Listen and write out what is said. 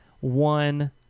one